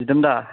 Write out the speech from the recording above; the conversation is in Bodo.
दिदोम दा